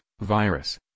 virus